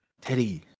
Teddy